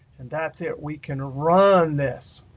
and that's it. we can run this.